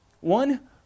one